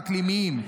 האקלימיים,